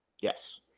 Yes